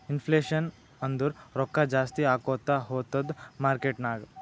inflation ಅಂದುರ್ ರೊಕ್ಕಾ ಜಾಸ್ತಿ ಆಕೋತಾ ಹೊತ್ತುದ್ ಮಾರ್ಕೆಟ್ ನಾಗ್